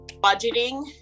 budgeting